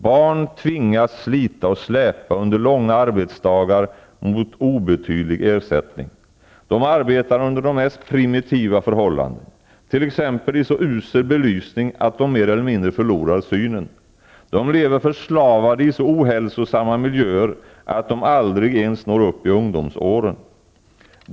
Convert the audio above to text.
Barn tvingas slita och släpa under långa arbetsdagar mot obetydlig ersättning. De arbetar under de mest primitiva förhållanden, t.ex. i så usel belysning att de mer eller mindre förlorar synen. De lever förslavade i så ohälsosamma miljöer att de aldrig ens når upp i ungdomsåldern.